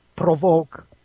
provoke